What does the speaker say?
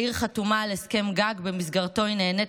העיר חתומה על הסכם גג שבמסגרתו היא נהנית